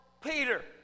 Peter